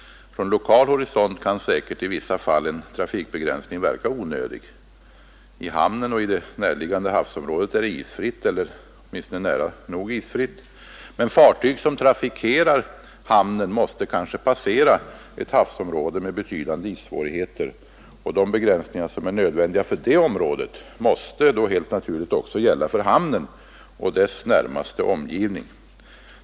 Från lokal horisont kan säkert i vissa fall en trafikbegränsning verka onödig. I hamnen och i det närliggande havsområdet är det isfritt eller åtminstone nära nog isfritt. Men fartyg som trafikerar hamnen måste kanske passera ett havsområde med betydande issvårigheter. De begränsningar som är nödvändiga för det området måste då helt naturligt också gälla för hamnen och dess närmaste omgivning.